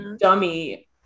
dummy